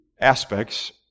aspects